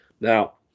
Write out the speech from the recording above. Now